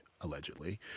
allegedly